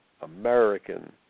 American